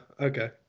okay